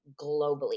globally